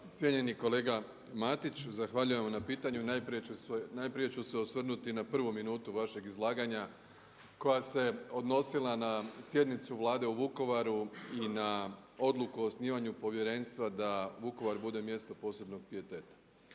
Cijenjeni kolega Matić, zahvaljujem na pitanju. Najprije ću se osvrnuti na prvu minutu vašeg izlaganja koja se odnosila na sjednicu Vlade u Vukovaru i na odluku o osnivanju povjerenstva da Vukovar bude mjesto posebnog pijeteta.